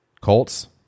Colts